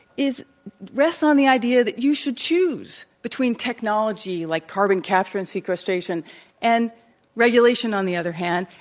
is resting on the idea that you should choose between technology like carbon capture and sequestration and regulation, on the other hand,